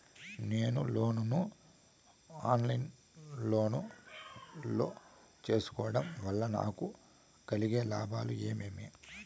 నేను లోను ను online లో సేసుకోవడం వల్ల నాకు కలిగే లాభాలు ఏమేమీ?